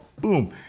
Boom